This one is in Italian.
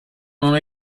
non